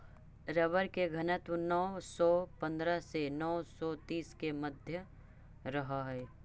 rubber के घनत्व नौ सौ पंद्रह से नौ सौ तीस के मध्य रहऽ हई